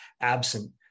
absent